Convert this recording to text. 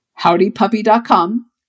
Howdypuppy.com